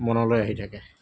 মনলৈ আহি থাকে